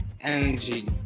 energy